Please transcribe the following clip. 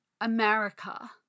America